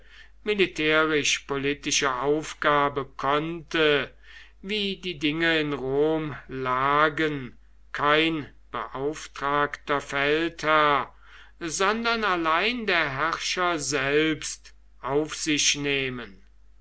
militärisch politische aufgabe konnte wie die dinge in rom lagen kein beauftragter feldherr sondern allein der herrscher selbst auf sich nehmen